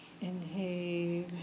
Inhale